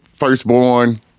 firstborn